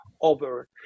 over